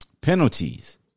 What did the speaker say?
Penalties